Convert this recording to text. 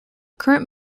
current